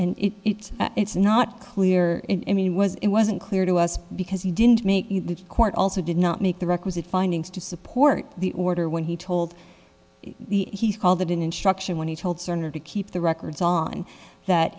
and it's it's not clear and mean was it wasn't clear to us because he didn't make the court also did not make the requisite findings to support the order when he told the he called it an instruction when he told cerner to keep the records on that